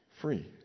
free